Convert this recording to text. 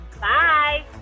Bye